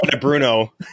Bruno